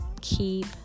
Keep